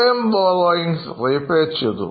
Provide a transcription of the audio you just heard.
Long term borrowings repay ചെയ്തു